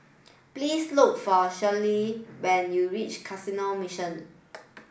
please look for Sherie when you reach Canossian Mission